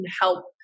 help